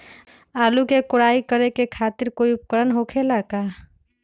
आलू के कोराई करे खातिर कोई उपकरण हो खेला का?